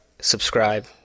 subscribe